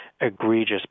egregious